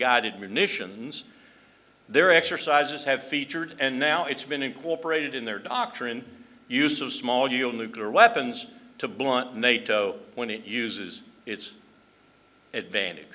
guided munitions their exercises have featured and now it's been incorporated in their doctrine use of small yield nuclear weapons to blunt nato when it uses its advantage